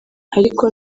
ariko